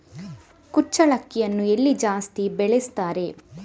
ಕುಚ್ಚಲಕ್ಕಿಯನ್ನು ಎಲ್ಲಿ ಜಾಸ್ತಿ ಬೆಳೆಸ್ತಾರೆ?